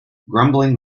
grumbling